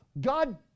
God